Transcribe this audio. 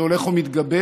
זה הולך ומתגבר.